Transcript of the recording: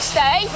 Stay